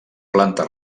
planta